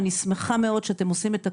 אני שמחה מאוד שאתם עושים את הכול,